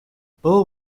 bill